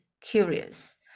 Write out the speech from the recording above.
Curious